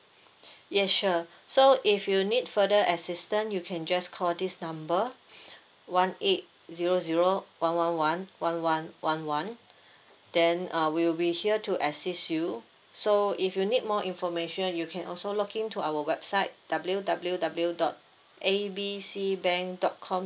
yes sure so if you need further assistant you can just call this number one eight zero zero one one one one one one one then uh we'll be here to assist you so if you need more information you can also log in to our website W_W_W dot A B C bank dot com